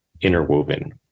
interwoven